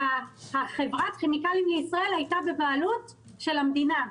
שחברת כימיקלים לישראל היתה בבעלות של המדינה.